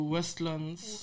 Westlands